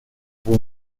hubo